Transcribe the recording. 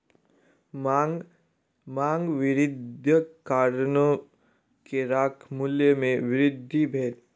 मांग वृद्धिक कारणेँ केराक मूल्य में वृद्धि भेल